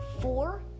four